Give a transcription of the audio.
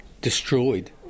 destroyed